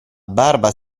barba